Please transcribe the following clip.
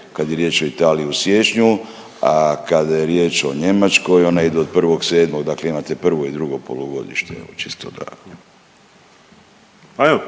kad je riječ o Italiji u siječnju, a kada je riječ o Njemačkoj ona ide od 1.7., dakle imate prvo i drugo polugodište, čisto